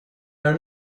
are